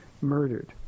murdered